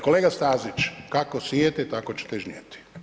Kolega Stazić, kako sijete tako ćete žnjeti.